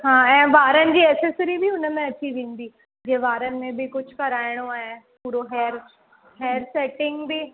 हा ऐं वारन जी एसेसिरी बि हुनमें अची वेंदी जे वारन में बि कझु कराइणो आहे पूरो हैर हैर सेटिंग बि